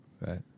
Right